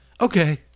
Okay